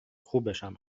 خوبشم